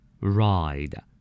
Ride